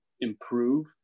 improve